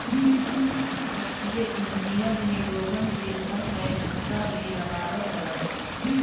वित्तीय इंजनियर में लोगन के घर कअ नक्सा भी बनावत हवन